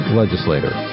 legislator